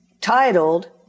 titled